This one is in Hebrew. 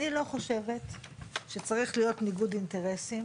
אני לא חושבת שצריך להיות ניגוד אינטרסים